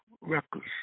records